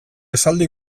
esaldi